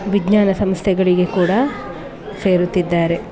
ವಿಜ್ಞಾನ ಸಂಸ್ಥೆಗಳಿಗೆ ಕೂಡ ಸೇರುತ್ತಿದ್ದಾರೆ